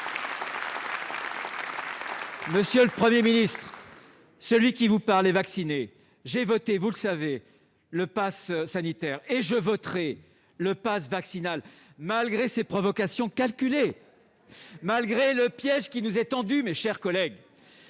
Monsieur le Premier ministre, celui qui vous parle est vacciné. J'ai voté- vous le savez -le passe sanitaire. Mes chers collègues, je voterai le passe vaccinal, malgré ces provocations calculées, malgré le piège qui nous est tendu. C'est une honte